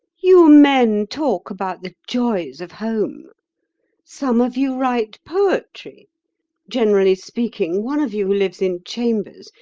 you men talk about the joys of home some of you write poetry generally speaking, one of you who lives in chambers,